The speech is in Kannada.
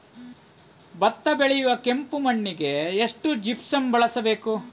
ಭತ್ತ ಬೆಳೆಯುವ ಕೆಂಪು ಮಣ್ಣಿಗೆ ಎಷ್ಟು ಜಿಪ್ಸಮ್ ಬಳಸಬೇಕು?